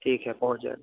ٹھیک ہے پہنچ جائے گا